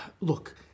Look